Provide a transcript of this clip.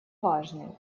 важный